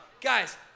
Guys